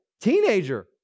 teenager